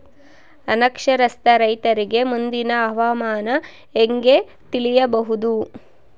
ಅನಕ್ಷರಸ್ಥ ರೈತರಿಗೆ ಮುಂದಿನ ಹವಾಮಾನ ಹೆಂಗೆ ತಿಳಿಯಬಹುದು?